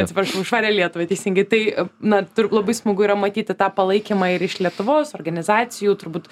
atsiprašau už švarią lietuvą teisingai tai na tur labai smagu yra matyti tą palaikymą ir iš lietuvos organizacijų turbūt